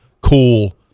cool